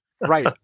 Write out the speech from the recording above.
Right